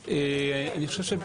אני מכירה שחונים שם